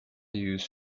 used